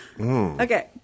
Okay